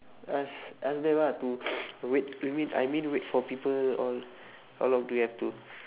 ask ask them ah to to wait you mean I mean wait for people or how long do you have to